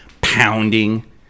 pounding